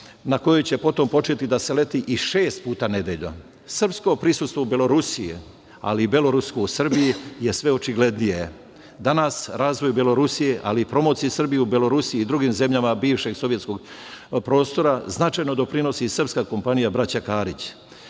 na kojoj će potom početi da se leti i šest puta nedeljno. Srpsko prisustvo u Belorusiji, ali i belorusko u Srbiji je sve očiglednije. Danas razvoj Belorusije, ali i promociji Srbije u Belorusiji i drugim zemljama bivšeg sovjetskog prostora značajno doprinosi srpska kompanija "Braća Karić".